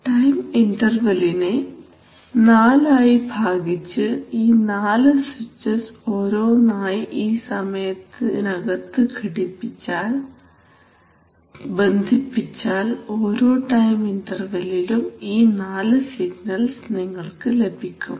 time ഇന്റർവലിനെ നാലായി ഭാഗിച്ച് ഈ നാല് സ്വിച്ചസ് ഓരോന്നായി ഈ സമയത്തിനകത്ത് ബന്ധിപ്പിച്ചാൽ ഓരോ ടൈം ഇന്റർവല്ലിലും ഈ നാലു സിഗ്നൽസ് നിങ്ങൾക്ക് ലഭിക്കും